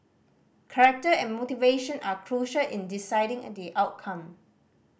character and motivation are crucial in deciding the outcome